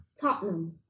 Tottenham